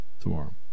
tomorrow